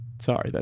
Sorry